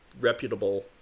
reputable